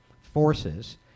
forces